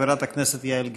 חברת הכנסת יעל גרמן.